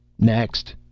next!